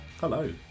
Hello